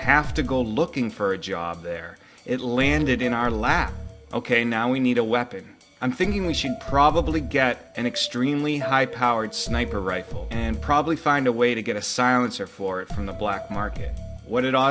have to go looking for a job there it landed in our laps ok now we need a weapon i'm thinking we should probably get an extremely high powered sniper rifle and probably find a way to get a silencer for it from the black market what did